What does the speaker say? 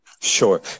Sure